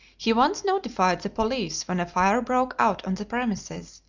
he once notified the police when a fire broke out on the premises,